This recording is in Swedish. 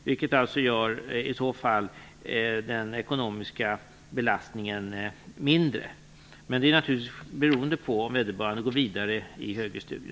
Detta minskar i så fall den ekonomiska belastningen. Men det är alltså beroende av om vederbörande går vidare i högre studier.